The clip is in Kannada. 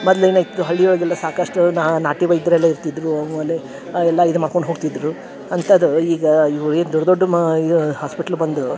ಮೊದ್ಲ ಏನು ಇತ್ತು ಹಳ್ಳಿ ಒಳಗೆಲ್ಲ ಸಾಕಷ್ಟು ನಾಟಿ ವೈದ್ಯರೆಲ್ಲ ಇರ್ತಿದ್ದರು ಆಮೇಲೆ ಎಲ್ಲ ಇದು ಮಾಕೊಂಡು ಹೋಗ್ತಿದ್ದರು ಅಂಥದ್ ಈಗ ಇವು ಏನು ದೊಡ್ಡ ದೊಡ್ದು ಮ ಯ್ ಹಾಸ್ಪಿಟ್ಲ್ ಬಂದು